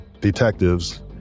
detectives